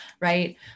right